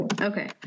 Okay